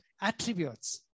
attributes